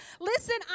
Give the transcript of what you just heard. listen